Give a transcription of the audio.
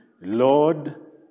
Lord